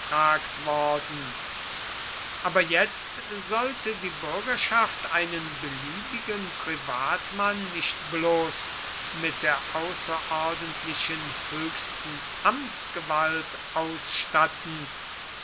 beauftragt worden aber jetzt sollte die bürgerschaft einen beliebigen privatmann nicht bloß mit der außerordentlichen höchsten amtsgewalt ausstatten